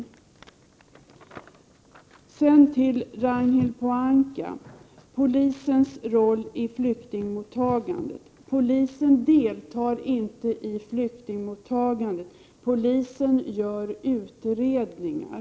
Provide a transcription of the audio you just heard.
Jag vill med anledning av det Ragnhild Pohanka sade om polisens roll i flyktingmottagandet säga att polisen inte deltar i flyktingmottagandet, polisen gör utredningar.